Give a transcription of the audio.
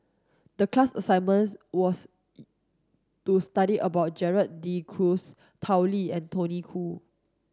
the class assignment was to study about Gerald De Cruz Tao Li and Tony Khoo